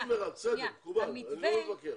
עד 2021, בסדר מקובל, אני לא מתווכח.